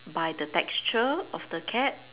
by the texture of the cat